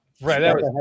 Right